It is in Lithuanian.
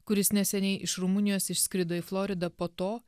kuris neseniai iš rumunijos išskrido į floridą po to